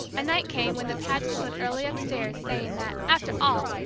a night came when the pagets went early upstairs, saying that, after all,